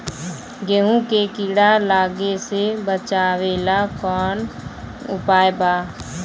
गेहूँ मे कीड़ा लागे से बचावेला कौन उपाय बा?